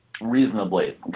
reasonably